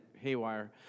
haywire